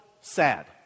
Sad